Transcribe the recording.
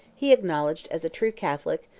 he acknowledged, as a true catholic,